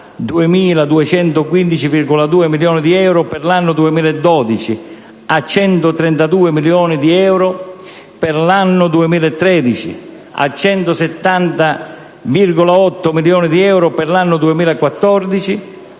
4.154,6 milioni di euro per l'anno 2012 a 1.280 milioni di euro per l'anno 2013, 1.289 milioni di euro per l'anno 2014,